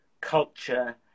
culture